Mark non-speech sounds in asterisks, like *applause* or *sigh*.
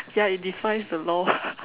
ya it defies the law *laughs*